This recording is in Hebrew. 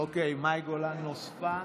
אוקיי, מאי גולן נוספה.